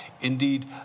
indeed